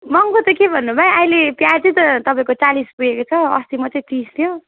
महँगो त के भन्नु भाइ अहिले प्याजै त तपाईँको चालिस पुगेको छ अस्ति मात्रै तिस थियो